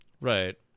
Right